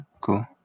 Cool